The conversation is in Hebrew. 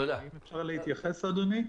האם אפשר להתייחס אדוני?